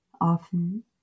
Often